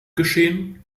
geschehen